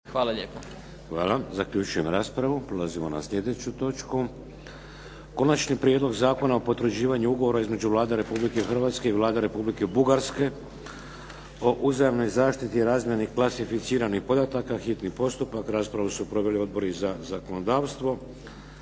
**Šeks, Vladimir (HDZ)** Prelazimo na sljedeću točku. - Konačni prijedlog Zakona o potvrđivanju Ugovora između Vlade Republike Hrvatske i Vlade Republike Bugarske o uzajamnoj zaštiti i razmjeni klasificiranih podataka, hitni postupak, prvo i drugo čitanje, P.Z.